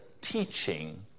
teaching